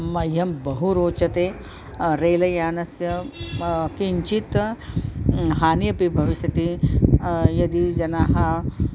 मह्यं बहु रोचते रेलयानस्य किञ्चित् हानिः अपि भविष्यति यदि जनाः